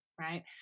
right